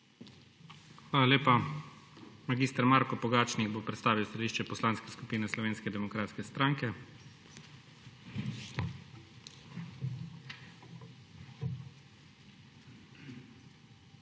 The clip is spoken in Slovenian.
Hvala lepa. Mag. Marko Pogačnik bo predstavil stališče Poslanske skupine Slovenske demokratske stranke. **MAG.